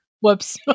Whoops